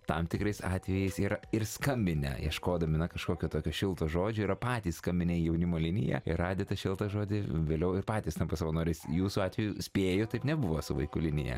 tam tikrais atvejais yra ir skambinę ieškodami kažkokio tokio šilto žodžio yra patys skambinę į jaunimo liniją ir radę tą šiltą žodį vėliau ir patys tampa savanoriais jūsų atveju spėju taip nebuvo su vaikų linija